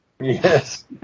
Yes